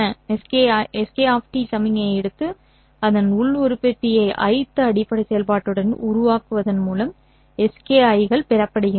Sk சமிக்ஞையை எடுத்து அதன் உள் உற்பத்தியை ith அடிப்படை செயல்பாட்டுடன் உருவாக்குவதன் மூலம் Ski கள் பெறப்படுகின்றன